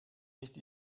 nicht